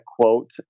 quote